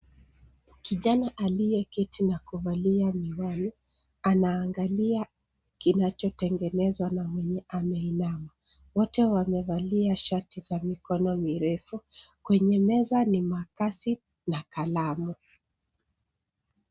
Kijana aliyeketi na kuvalia miwani anaangalia kinachotengenezwa na mwenye ameinama. Wote wamevalia sharti za mikono mirefu. Kwenye meza ni makasi na kalamu.